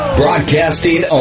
broadcasting